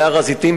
בהר-הזיתים,